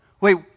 wait